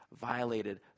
violated